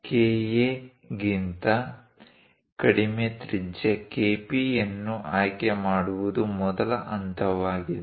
KA ಗಿಂತ ಕಡಿಮೆ ತ್ರಿಜ್ಯ KP ಯನ್ನು ಆಯ್ಕೆ ಮಾಡುವುದು ಮೊದಲ ಹಂತವಾಗಿದೆ